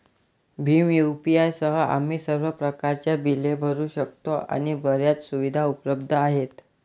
Bhim UPI सह, आम्ही सर्व प्रकारच्या बिले भरू शकतो आणि बर्याच सुविधा उपलब्ध आहेत